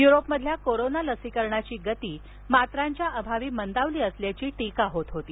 युरोपमधील कोरोना लसीकरणाची गति मात्रांच्या अभावी मंदावली असल्याची टिका होत होती